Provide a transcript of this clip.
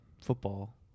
football